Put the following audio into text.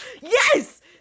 Yes